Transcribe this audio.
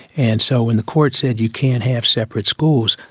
and so when the court said you can't have separate schools,